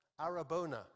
arabona